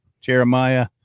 Jeremiah